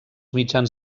mitjans